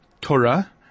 Torah